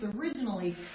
originally